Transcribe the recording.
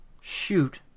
shoot